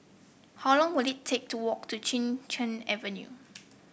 how long will it take to walk to Chin Cheng Avenue